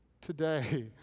today